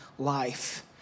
life